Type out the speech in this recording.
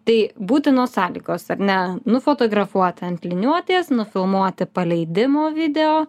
tai būtinos sąlygos ar ne nufotografuot ant liniuotės nufilmuoti paleidimo video